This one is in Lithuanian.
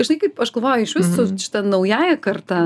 žinai kaip aš kovoju išvis su šita naująja karta